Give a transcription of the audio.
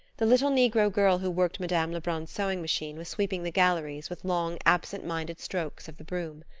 the little negro girl who worked madame lebrun's sewing-machine was sweeping the galleries with long, absent-minded strokes of the broom.